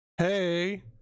Hey